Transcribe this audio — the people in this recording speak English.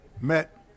met